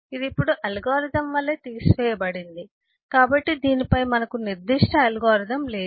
ఇది ఇప్పుడు అల్గోరిథం వలె తీసివేయబడింది కాబట్టి దీనిపై మనకు నిర్దిష్ట అల్గోరిథం లేదు